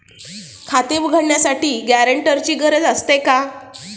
खाते उघडण्यासाठी गॅरेंटरची गरज असते का?